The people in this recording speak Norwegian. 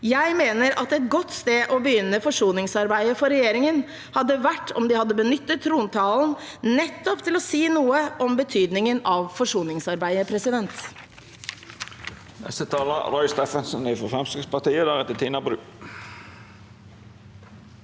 Jeg mener at et godt sted å begynne forsoningsarbeidet for regjeringen hadde vært om de hadde benyttet trontalen til nettopp å si noe om betydningen av forsoningsarbeidet.